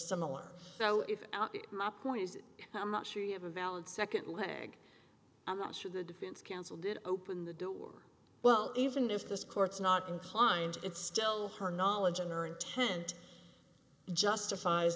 similar so if my point is how much you have a valid second leg i'm not sure the defense counsel did open the door well even if this court's not inclined it's still her knowledge and her intent justifies